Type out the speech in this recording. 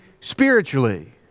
spiritually